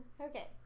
okay